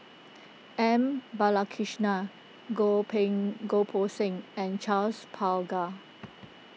M Balakrishnan Goh Ping Goh Poh Seng and Charles Paglar